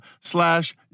slash